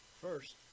First